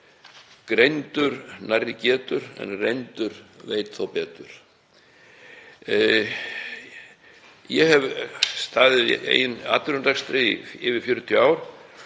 Greindur nærri getur, en reyndur veit þó betur. Ég hef staðið í eigin atvinnurekstri í yfir 40 ár